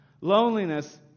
Loneliness